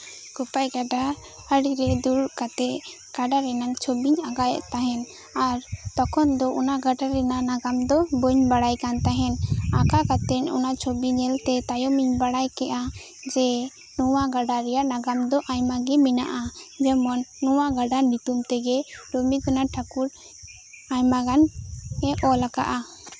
ᱠᱳᱯᱟᱭ ᱜᱟᱰᱟ ᱟᱲᱮ ᱨᱮ ᱫᱩᱲᱩᱵ ᱠᱟᱛᱮᱫ ᱜᱟᱰᱟ ᱨᱮᱭᱟᱜ ᱪᱷᱚᱵᱤᱧ ᱟᱸᱠᱟᱣ ᱮᱫ ᱛᱟᱦᱮᱱ ᱟᱨ ᱛᱚᱠᱷᱚᱱ ᱫᱚ ᱚᱱᱟ ᱜᱟᱰᱟ ᱨᱮᱭᱟᱜ ᱱᱟᱜᱟᱢ ᱫᱚ ᱵᱟᱹᱧ ᱵᱟᱲᱟᱭ ᱠᱟᱱ ᱛᱟᱦᱮᱱ ᱟᱸᱠᱟᱣ ᱠᱟᱛᱮᱫ ᱚᱱᱟ ᱪᱷᱚᱵᱤ ᱧᱮᱞ ᱛᱮ ᱛᱟᱭᱚᱢᱤᱧ ᱵᱟᱲᱟᱭ ᱠᱮᱫᱼᱟ ᱡᱮ ᱱᱚᱶᱟ ᱜᱟᱰᱟ ᱨᱮᱭᱟᱜ ᱱᱟᱜᱟᱢ ᱫᱚ ᱟᱭᱢᱟ ᱜᱮ ᱢᱮᱱᱟᱜᱼᱟ ᱡᱮᱢᱚᱱ ᱱᱚᱶᱟ ᱜᱟᱰᱟ ᱧᱩᱛᱩᱢ ᱛᱮᱜᱮ ᱨᱚᱵᱤᱱᱫᱨᱚᱱᱟᱛᱷ ᱴᱷᱟᱠᱩᱨ ᱟᱭᱢᱟ ᱜᱟᱱ ᱮ ᱚᱞ ᱟᱠᱟᱫᱼᱟ